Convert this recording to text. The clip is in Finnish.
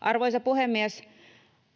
Arvoisa puhemies!